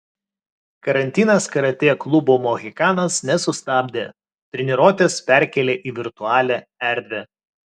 karantinas karatė klubo mohikanas nesustabdė treniruotes perkėlė į virtualią erdvę